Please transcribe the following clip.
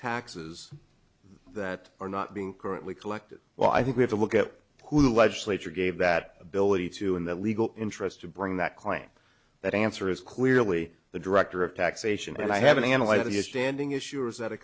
taxes that are not being currently collected well i think we have to look at who the legislature gave that ability to in the legal interest to bring that claim that answer is clearly the director of taxation and i haven't analyzed the standing issue or is that a